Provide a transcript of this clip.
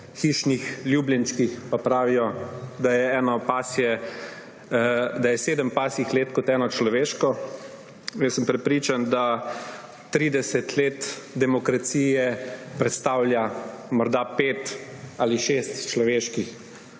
hišnih ljubljenčkih pa pravijo, da je sedem pasjih let kot eno človeško. Jaz sem prepričan, da 30 let demokracije predstavlja morda pet ali šest človeških.